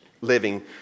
living